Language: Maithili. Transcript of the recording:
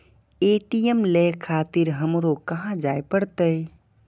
ए.टी.एम ले खातिर हमरो कहाँ जाए परतें?